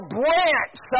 branch